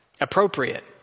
appropriate